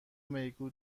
میگو